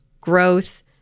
growth